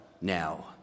now